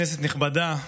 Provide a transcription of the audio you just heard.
כנסת נכבדה,